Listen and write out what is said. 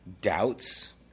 doubts